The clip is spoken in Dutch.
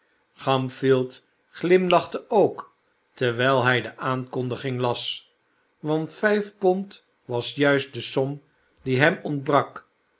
oamfield glimlachte ook terwijl hij de aankondiging las want vijf pond was juist de som die hem ontbrak